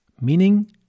Meaning